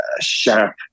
sharp